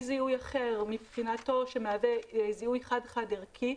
זיהוי אחר שמהווה זיהוי חד-חד-ערכי,